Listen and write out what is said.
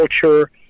culture